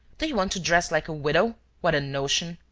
do you want to dress like a widow? what a notion!